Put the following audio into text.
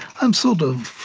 i'm sort of,